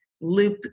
loop